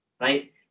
right